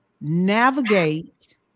navigate